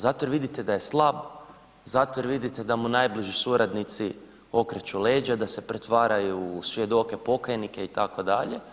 Zato jer vidite da je slab, zato jer vidite da mu najbliži suradnici okreću leđa, da se pretvaraju u svjedoke pokajnike itd.